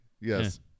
Yes